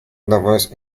lovers